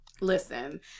Listen